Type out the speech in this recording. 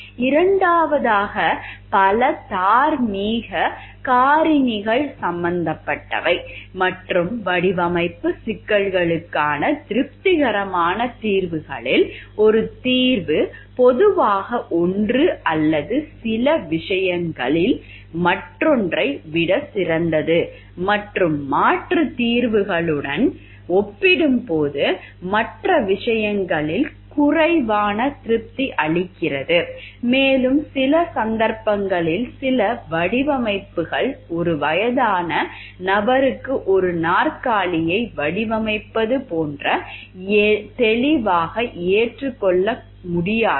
இரண்டாவதாக பல தார்மீக காரணிகள் சம்பந்தப்பட்டவை மற்றும் வடிவமைப்பு சிக்கல்களுக்கான திருப்திகரமான தீர்வுகளில் ஒரு தீர்வு பொதுவாக ஒன்று அல்லது சில விஷயங்களில் மற்றொன்றை விட சிறந்தது மற்றும் மாற்று தீர்வுகளுடன் ஒப்பிடும்போது மற்ற விஷயங்களில் குறைவான திருப்தி அளிக்கிறது மேலும் சில சந்தர்ப்பங்களில் சில வடிவமைப்புகள் ஒரு வயதான நபருக்கு ஒரு நாற்காலியை வடிவமைப்பது போன்ற தெளிவாக ஏற்றுக்கொள்ள முடியாதவை